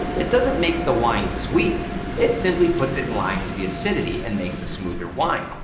it doesn't make the wine sweet it simply puts it in line with the acidity and makes a smoother wine.